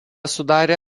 sudarė